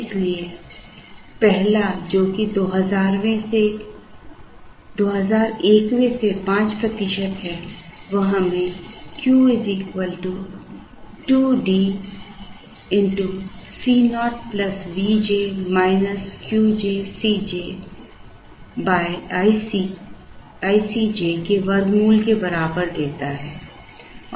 इसलिए पहला जो कि 2001वें से 5 प्रतिशत है वह हमें Q 2D Co Vj q j Cj i Cj के वर्गमूल के बराबर देता है